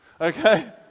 okay